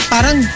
parang